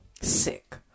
sick